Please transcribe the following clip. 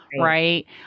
Right